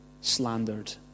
slandered